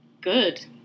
good